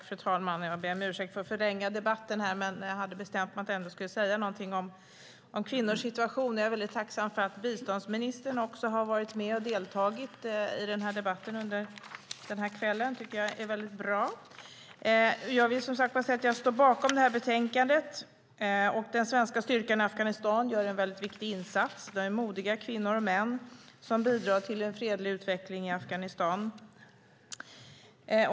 Fru talman! Jag vill säga något om kvinnornas situation, men först vill jag tacka biståndsministern för att hon har deltagit i debatten under kvällen. Jag står bakom betänkandet. Den svenska styrkan i Afghanistan gör en viktig insats. Det är modiga kvinnor och män som bidrar till en fredlig utveckling i Afghanistan.